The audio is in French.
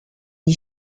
n’y